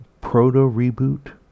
proto-reboot